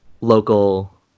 local